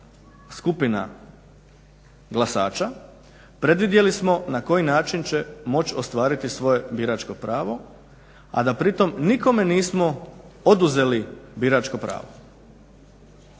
skupina glasača predvidjeli smo na koji način će moć ostvariti svoje biračko pravo, a da pri tome nikome nismo oduzeli biračko pravo.